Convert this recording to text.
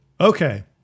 Okay